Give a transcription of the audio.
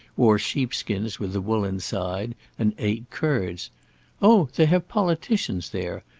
wore sheepskins with the wool inside, and ate curds oh, they have politicians there!